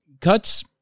cuts